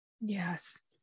Yes